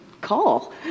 call